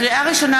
לקריאה ראשונה,